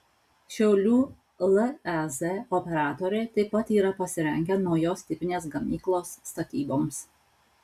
šiaulių lez operatoriai taip pat yra pasirengę naujos tipinės gamyklos statyboms